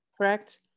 correct